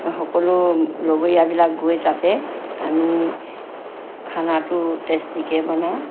সকলো লগৰীয়াবিলাক গৈ তাতে আমি খানাটো টেষ্টিকৈ বনাওঁ